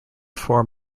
form